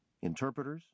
interpreters